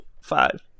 Five